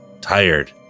tired